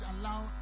allow